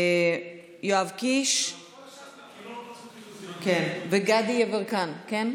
יואב קיש וגדי יברקן, כן?